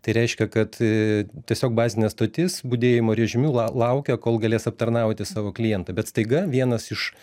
tai reiškia kad tiesiog bazinė stotis budėjimo režimu lau laukia kol galės aptarnauti savo klientą bet staiga vienas iš